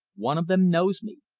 one of them knows me.